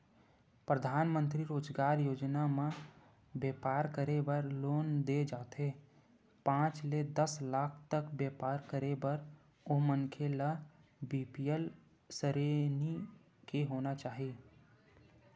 परधानमंतरी रोजगार योजना म बेपार करे बर लोन दे जाथे पांच ले दस लाख तक बेपार करे बर ओ मनखे ल बीपीएल सरेनी के होना चाही